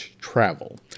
travel